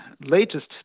latest